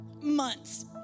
months